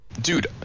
dude